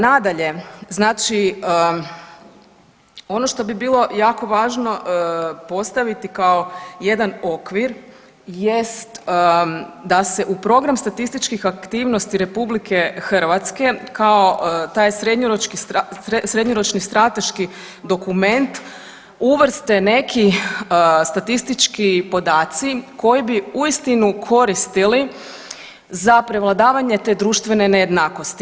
Nadalje, znači ono što bi bilo jako važno postaviti kao jedan okvir jest da se u program statističkih aktivnosti RH kao taj srednjoročni strateški dokument uvrste neki statistički podaci koji bi uistinu koristili za prevladavanje te društvene nejednakosti.